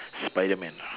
spiderman ah